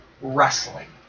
Wrestling